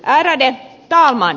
ärade talman